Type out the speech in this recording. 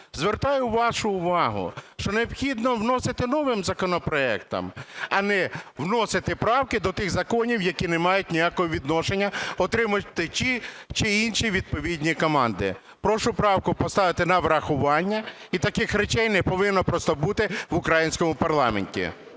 Звертаю вашу увагу, що необхідно вносити новим законопроектом, а не вносити правки до тих законів, які не мають ніякого відношення, отримуючи ті чи інші відповідні команди. Прошу правку поставити на врахування. І таких речей не повинно просто бути в українському парламенті.